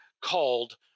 called